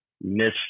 miss